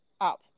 up